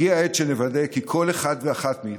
הגיעה העת שנוודא כי כל אחד ואחת מאיתנו,